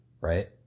Right